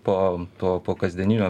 po to po kasdieninio